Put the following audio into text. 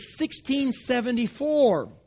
1674